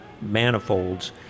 manifolds